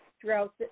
throughout